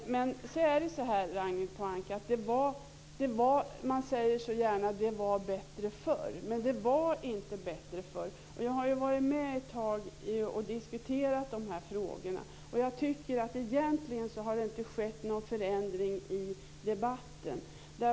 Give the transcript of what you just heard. Ragnhild Pohanka! Man säger gärna att det var bättre förr, men så var det inte. Jag har varit med ett tag i diskussionen om de här frågorna, och jag tycker att det egentligen inte har skett någon förändring i debatten.